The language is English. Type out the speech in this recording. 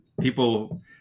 people